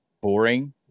boring